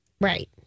Right